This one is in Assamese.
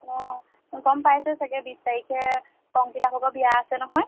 অঁ গম পাইছ চাগে বিছ তাৰিখে অংকিতাভাগৰ বিয়া আছে নহয়